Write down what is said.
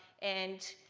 and